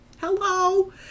Hello